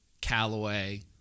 Callaway